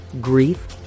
grief